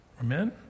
Amen